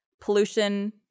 pollution